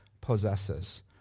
possesses